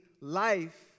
life